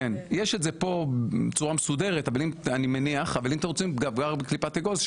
יש את זה פה בצורה מסודרת אבל אם אתם רוצים לדבר בקליפת אגוז,